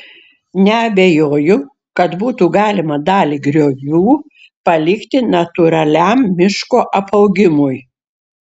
neabejoju kad būtų galima dalį griovių palikti natūraliam miško apaugimui